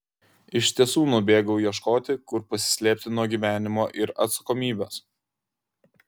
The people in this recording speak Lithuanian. iš tiesų nubėgau ieškoti kur pasislėpti nuo gyvenimo ir atsakomybės